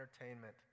entertainment